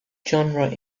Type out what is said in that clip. genre